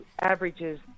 averages